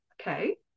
Okay